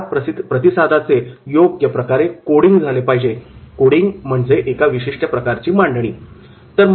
या प्रतिसादाचे योग्य प्रकारे कोडींग कोडींग एका विशिष्ट प्रकारे मांडणी झाले पाहिजे